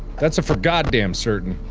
that's a for goddamn certain